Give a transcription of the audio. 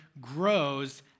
grows